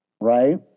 right